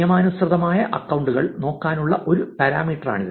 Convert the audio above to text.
നിയമാനുസൃതമായ അക്കൌണ്ടുകൾ നോക്കാനുള്ള ഒരു പാരാമീറ്ററാണിത്